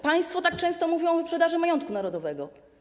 Państwo tak często mówią o wyprzedaży majątku narodowego.